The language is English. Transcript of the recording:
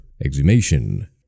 exhumation